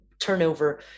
turnover